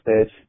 stage